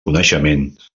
coneixements